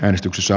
äänestyksessä